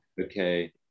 okay